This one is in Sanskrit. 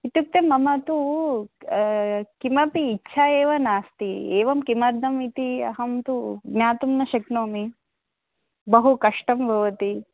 इत्युक्ते मम तु किमपि इच्छा एव नास्ति एवं किमर्थम् इति अहं तु ज्ञातुं न शक्नोमि बहु कष्टं भवति